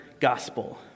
gospel